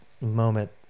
moment